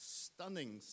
stunning